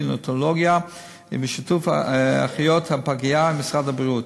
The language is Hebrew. לנאונטולוגיה ובשיתוף אחיות הפגייה ומשרד הבריאות.